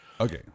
Okay